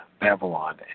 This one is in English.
Babylon